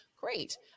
Great